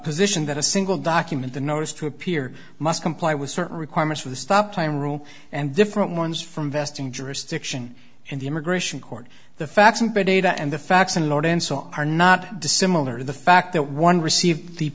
position that a single document the notice to appear must comply with certain requirements for the stop time rule and different ones from vesting jurisdiction and the immigration court the facts and data and the facts in order and so are not dissimilar to the fact that one receives the